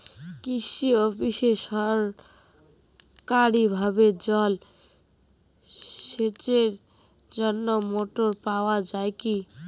কৃষি অফিসে সরকারিভাবে জল সেচের জন্য মোটর পাওয়া যায় কি?